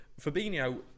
Fabinho